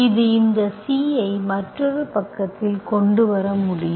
இது இந்த C ஐ மற்றொரு பக்கத்தில் கொண்டு வர முடியும்